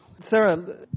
Sarah